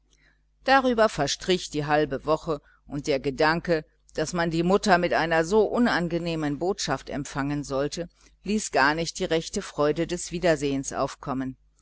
darüber verstrich die halbe woche und der gedanke daß man die mutter mit einer so unangenehmen botschaft empfangen sollte ließ gar nicht die rechte freude des wiedersehens aufkommen